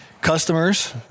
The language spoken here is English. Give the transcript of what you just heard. customers